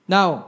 Now